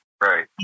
Right